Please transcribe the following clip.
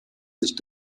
sich